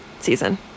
season